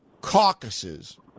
caucuses